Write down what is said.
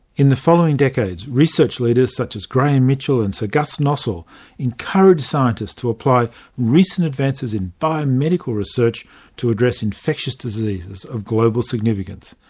in the following decades, research leaders such as graham mitchell and sir gus nossal encouraged scientists to apply recent advances in biomedical research to address infectious diseases of global significance.